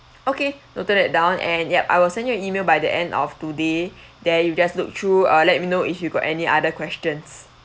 okay noted that down and yup I will send you an email by the end of today then you just look through uh let me know if you got any other questions